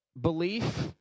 belief